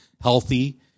healthy